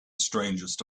strangest